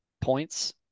points